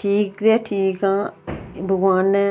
ठीक गै ठीक आं भगवान नै